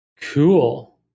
Cool